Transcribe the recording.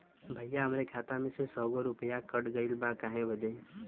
भईया हमरे खाता मे से सौ गो रूपया कट गइल बा काहे बदे?